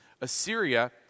Assyria